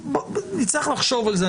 נצטרך לחשוב על זה.